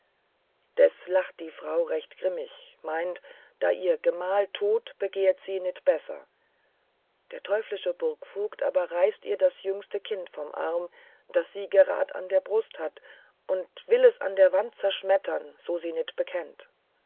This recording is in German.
des lacht die frau recht grimmig meint da jr gemahl tod begehr sie's nit besser der teuflische burgvogt aber reißt jr das jüngste kind vom arm das sie grad an der brust hatt und will es an der wand zerschmettern so sy nit bekennt